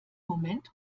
moment